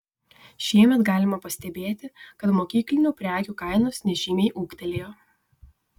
šiemet galima pastebėti kad mokyklinių prekių kainos nežymiai ūgtelėjo